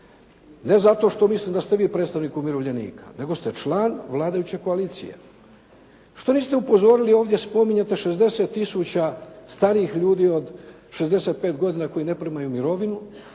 ne zato što mislim da ste vi predstavnik umirovljenika nego ste član vladajuće koalicije. Što niste upozorili ovdje spominjete 60 tisuća starijih ljudi od 65 godina koji ne primaju mirovinu,